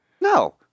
No